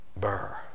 Burr